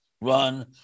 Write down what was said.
Run